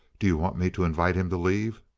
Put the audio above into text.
do you want me to invite him to leave?